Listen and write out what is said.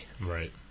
Right